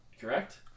correct